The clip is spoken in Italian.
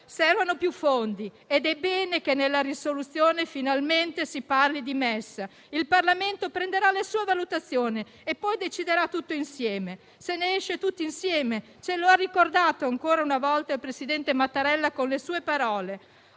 Servono più fondi ed è bene che nello schema di risoluzione finalmente si parli di MES. Il Parlamento farà le sue valutazione e poi deciderà tutto insieme; se ne esce tutti insieme: ce lo ha ricordato ancora una volta il presidente Mattarella con le sue parole.